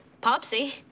Popsy